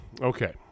Okay